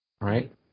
right